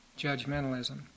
judgmentalism